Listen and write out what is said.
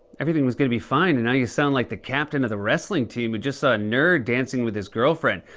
everything was going to be fine, and now you sound like the captain of the wrestling team who just saw a nerd dancing with his girlfriend.